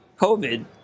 COVID